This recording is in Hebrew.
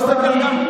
לא תמיד,